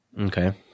Okay